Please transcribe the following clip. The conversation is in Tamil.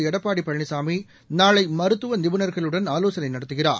எடப்பாடிபழனிசாமிநாளைமருத்துவநிபுனர்களுடன் ஆலோசனைநடத்துகிறார்